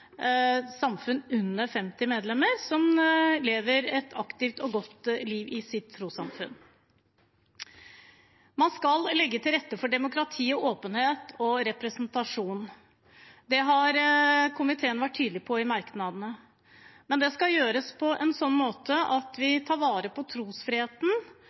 samfunn med under 50 medlemmer som lever et aktivt og godt liv i sitt trossamfunn. Man skal legge til rette for demokrati, åpenhet og representasjon – det har komiteen vært tydelig på i merknadene – men det skal gjøres på en slik måte at vi tar vare på trosfriheten,